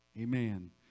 amen